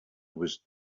was